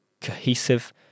cohesive